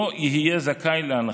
לא היה זכאי להנחה.